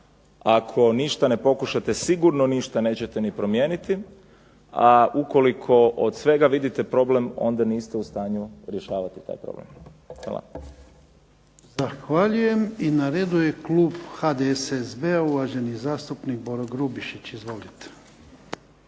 ako ništa ne pokušate sigurno ništa nećete ni promijeniti, a ukoliko od svega vidite problem onda niste u stanju rješavati taj problem. Hvala. **Jarnjak, Ivan (HDZ)** Zahvaljujem. I na redu je klub HDSSB-a, uvaženi zastupnik Boro Grubišić. Izvolite.